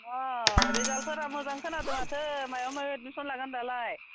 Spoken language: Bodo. अ रिजाल्टफोरा मोजां खोनादो माथो मायाव मायाव एडमिसन लागोन दालाय